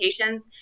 locations